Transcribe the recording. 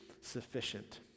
sufficient